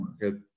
market